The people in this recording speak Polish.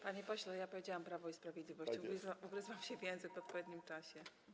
Panie pośle, powiedziałam Prawo i Sprawiedliwość, ugryzłam się w język w odpowiednim czasie.